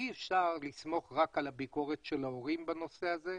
אי אפשר לסמוך רק על ביקורת ההורים בנושא הזה,